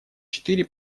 четыре